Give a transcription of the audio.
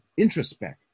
introspect